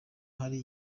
hari